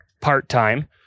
part-time